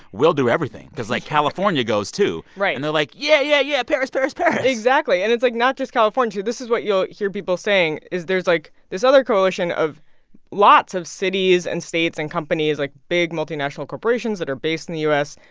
we'll do everything because, like, california goes, too right and they're like yeah, yeah, yeah, paris, paris, paris exactly. and it's, like, not just california, too. this is what you'll hear people saying is there's, like, this other coalition of lots of cities and states and companies like big multinational corporations that are based in the u s.